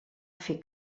fer